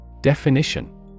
Definition